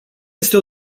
este